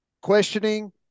questioning